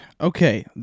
Okay